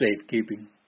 safekeeping